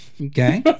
Okay